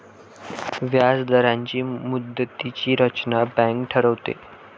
व्याजदरांची मुदतीची रचना बँक ठरवते